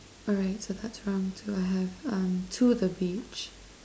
alright so that's too I have uh to the beach